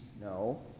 no